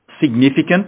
significant